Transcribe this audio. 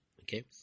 Okay